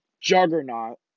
juggernaut